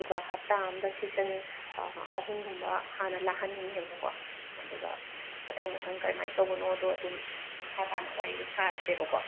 ꯑꯗꯨꯒ ꯍꯞꯇꯥ ꯑꯃꯗ ꯁꯦꯁꯟ ꯑꯍꯨꯝꯒꯨꯝꯕ ꯍꯥꯟꯅ ꯂꯥꯛꯍꯟꯅꯤꯡꯉꯦꯕꯀꯣ ꯑꯗꯨꯒ ꯃꯊꯪ ꯃꯊꯪ ꯀꯔꯝꯃꯥꯏꯅ ꯇꯧꯕꯅꯣꯗꯣ ꯑꯗꯨꯝ ꯃꯈꯥ ꯇꯥꯅ ꯋꯥꯔꯤꯗꯣ ꯁꯥꯔꯁꯦꯕꯀꯣ